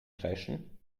kreischen